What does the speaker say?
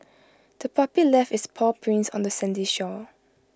the puppy left its paw prints on the sandy shore